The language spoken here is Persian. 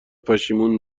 پشیمون